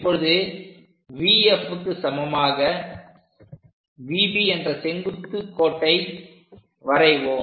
இப்பொழுது VFக்கு சமமாக VB என்ற செங்குத்து கோட்டை வரைவோம்